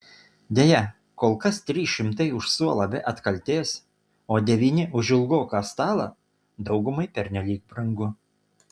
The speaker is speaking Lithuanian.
deja kol kas trys šimtai už suolą be atkaltės o devyni už ilgoką stalą daugumai pernelyg brangu